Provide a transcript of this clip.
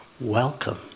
welcome